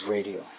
Radio